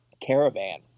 caravan